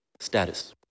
status